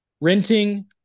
Renting